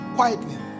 Quietly